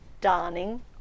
darning